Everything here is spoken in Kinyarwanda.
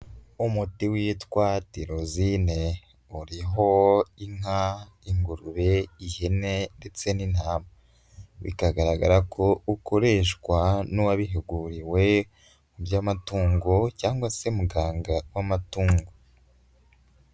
Umuti witwa Tirosine uriho: inka, ingurube, ihene, ndetse n'intama. Bikagaragara ko ukoreshwa n'uwabihuguriwe mu by'amatungo cyangwa se muganga w'amatungo.